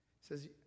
Says